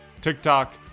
TikTok